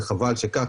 וחבל שכך,